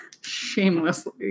shamelessly